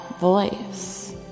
voice